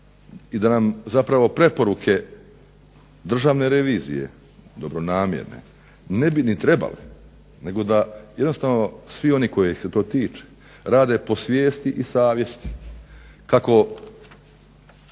i da nam zapravo preporuke Državne revizije dobronamjerne ne bi ni trebalo, nego da jednostavno svi oni kojih se to tiče rade po svijesti i savjesti kako